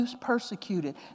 persecuted